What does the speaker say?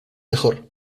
mejor